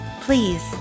Please